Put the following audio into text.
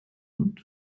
und